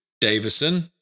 Davison